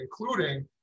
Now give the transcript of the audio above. including